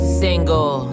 single